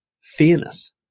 fairness